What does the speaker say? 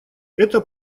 это